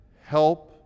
help